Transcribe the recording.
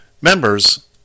members